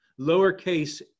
lowercase